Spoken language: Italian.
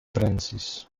francis